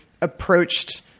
approached